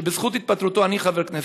שבזכות התפטרותו אני חבר כנסת,